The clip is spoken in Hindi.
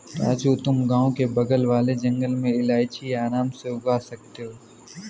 राजू तुम गांव के बगल वाले जंगल में इलायची आराम से उगा सकते हो